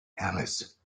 alice